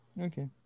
Okay